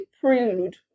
prelude